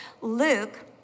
Luke